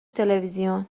تلویزیون